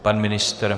Pan ministr?